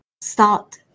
start